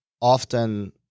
often